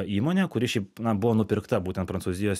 įmonė kuri šiaip na buvo nupirkta būtent prancūzijos